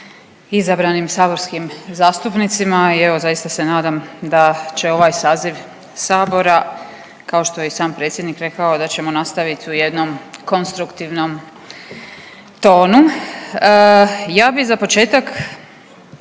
izabranim saborskim zastupnicima i evo zaista se nadam da će ovaj saziv sabora, kao što je i sam predsjednik rekao da ćemo nastavit u jednom konstruktivnom tonu. Ja bi za početak